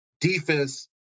defense